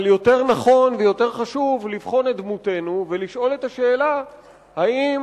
אבל יותר נכון ויותר חשוב לבחון את דמותנו ולשאול את השאלה האם